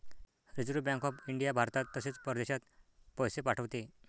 reserve Bank of India भारतात तसेच परदेशात पैसे पाठवते